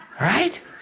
Right